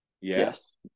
Yes